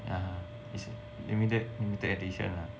yeah it's a limited limited edition ah